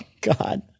God